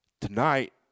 Tonight